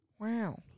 Wow